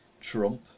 Trump